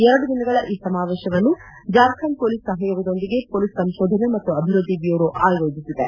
ಎರಡು ದಿನಗಳ ಈ ಸಮಾವೇಶವನ್ನು ಜಾರ್ಖಂಡ್ ಪೊಲೀಸ್ ಸಹಯೋಗದೊಂದಿಗೆ ಪೊಲೀಸ್ ಸಂತೋಧನೆ ಮತ್ತು ಅಭಿವ್ಯದ್ದಿ ಬ್ನೂರೋ ಆಯೋಜಿಸಿದೆ